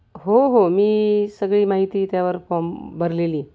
हो हो मी सगळी माहिती त्यावर फॉम भरलेली